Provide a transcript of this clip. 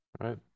Right